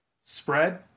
spread